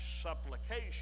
supplication